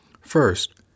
First